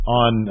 on